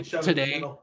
today